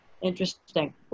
Interesting